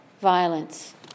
violence